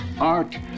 Art